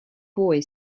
boy